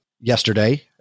yesterday